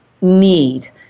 need